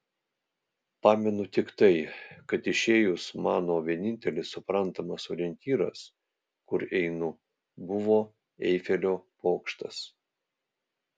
pamenu tik tai kad išėjus mano vienintelis suprantamas orientyras kur einu buvo eifelio bokštas